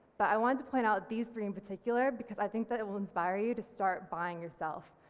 but i wanted to point out these three in particular because i think that it will inspire you to start buying yourself,